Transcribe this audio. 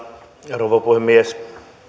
rouva puhemies